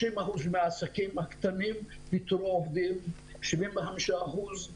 30% מהעסקים הקטנים פיטרו עובדים, 75%